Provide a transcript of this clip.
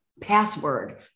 password